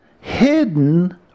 hidden